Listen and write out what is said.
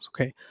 Okay